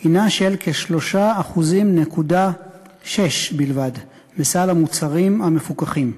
היא של כ-3.6% בלבד בסל המוצרים המפוקחים.